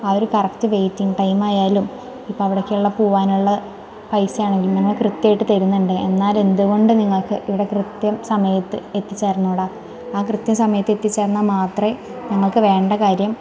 ആ ഒരു correct waiting ടൈമായാലും ഇപ്പോൾ അവിടേക്കുള്ള പോവാനുള്ള പൈസയാണെങ്കിൽ നമ്മൾ കൃത്യമായിട്ട് തരുന്നുണ്ട് എന്നാലെന്തുകൊണ്ട് നിങ്ങൾക്ക് ഇവിടെ കൃത്യം സമയത്ത് എത്തിച്ചേര്ന്നോടാ ആ കൃത്യസമയത്തെത്തിച്ചേര്ന്നാൽ മാത്രമേ നിങ്ങൾക്ക് വേണ്ട കാര്യം